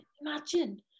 Imagine